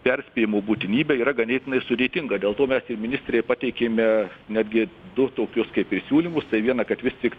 perspėjimo būtinybę yra ganėtinai sudėtinga dėl to mes ir ministrei pateikėme netgi du tokius kaip ir siūlymus tai vieną kad vis tik